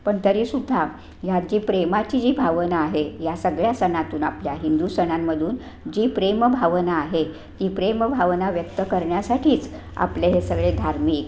पण तरी सुद्धा ह्यात जी प्रेमाची जी भावना आहे या सगळ्या सणातून आपल्या हिंदू सणांमधून जी प्रेम भावना आहे ती प्रेमभावना व्यक्त करण्यासाठीच आपले हे सगळे धार्मिक